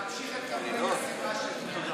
אדוני היושב-ראש, להמשיך את קמפיין השנאה שלו.